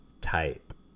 type